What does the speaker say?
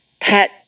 pet